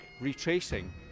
retracing